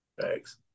Thanks